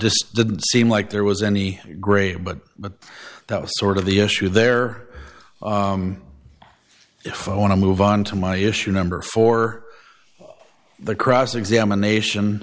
deceased didn't seem like there was any gray but but that was sort of the issue there if i want to move on to my issue number four the cross examination